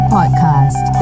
Podcast